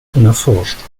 unerforscht